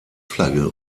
flagge